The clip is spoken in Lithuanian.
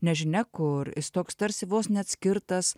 nežinia kur jis toks tarsi vos ne atskirtas